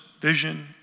vision